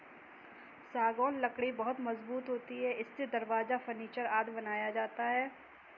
सागौन लकड़ी बहुत मजबूत होती है इससे दरवाजा, फर्नीचर आदि बनाया जाता है